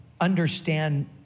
understand